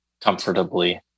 comfortably